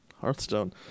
Hearthstone